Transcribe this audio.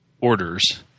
orders